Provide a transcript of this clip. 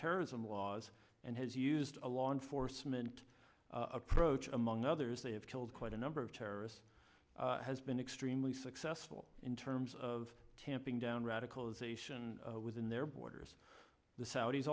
terrorism laws and has used a law enforcement approach among others they have killed quite a number of terrorists has been extremely successful in terms of tamping down radicalization within their borders the saudis